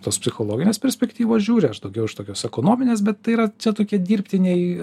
tos psichologinės perspektyvos žiūri aš daugiau iš tokios ekonominės bet tai yra čia tokie dirbtiniai